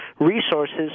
resources